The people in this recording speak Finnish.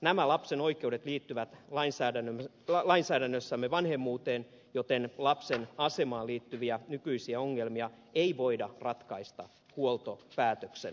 nämä lapsen oikeudet liittyvät lainsäädännössämme vanhemmuuteen joten lapsen asemaan liittyviä nykyisiä ongelmia ei voida ratkaista huoltopäätöksen avulla